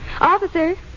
Officer